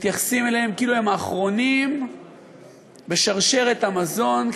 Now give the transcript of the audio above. מתייחסים אליהם כאילו הם האחרונים בשרשרת המזון,